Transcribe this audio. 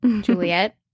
Juliet